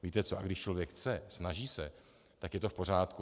Víte co, a když člověk chce, snaží se, tak je to v pořádku.